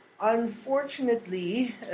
Unfortunately